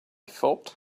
fault